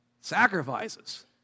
Sacrifices